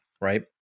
right